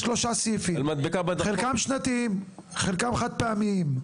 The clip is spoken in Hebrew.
חלקם שנתיים, חלקם חד-פעמיים.